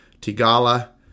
Tigala